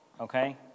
okay